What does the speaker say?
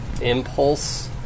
impulse